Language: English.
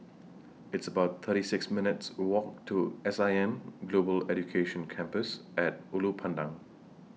It's about thirty six minutes' Walk to S I M Global Education Campus At Ulu Pandan